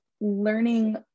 learning